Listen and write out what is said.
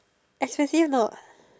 expansive or not